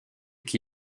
qui